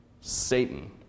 Satan